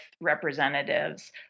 representatives